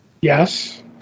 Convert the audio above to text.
Yes